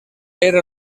era